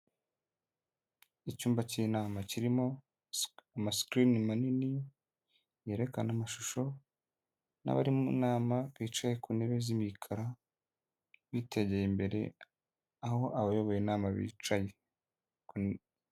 Icyumba cy'inama kirimo amasikirini manini yerekana amashusho; n'abari mu nama bicaye ku ntebe z'imikara bitegeye imbere aho abayoboye inama bicaye.